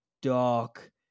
dark